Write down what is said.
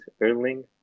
Erling